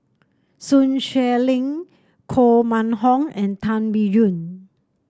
Sun Xueling Koh Mun Hong and Tan Biyun